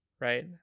right